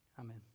Amen